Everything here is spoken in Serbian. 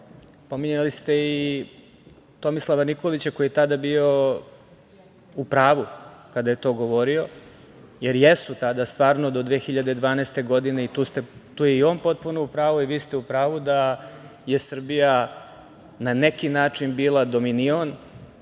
pominjali ste i Tomislava Nikolića koji je tada bio u pravu kada je to govorio, jer jesu tada stvarno do 2012. godine, tu je i on potpuno u pravu i vi ste u pravu, da je Srbija na neki način bila dominion,